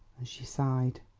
and she sighed.